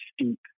steep